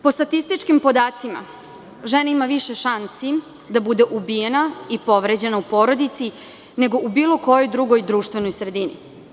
Po statističkim podacima žena ima više šansi da bude ubijena i povređena u porodici nego u bilo kojoj drugoj društvenoj sredini.